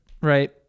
right